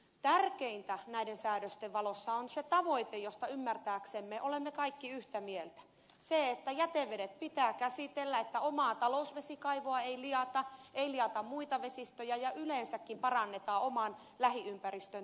tärkeintä näiden säädösten valossa on se tavoite josta ymmärtääksemme olemme kaikki yhtä mieltä se että jätevedet pitää käsitellä että omaa talousvesikaivoa ei liata ei liata muita vesistöjä ja yleensäkin parannetaan oman lähiympäristön tilaa